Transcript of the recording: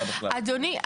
אדוני,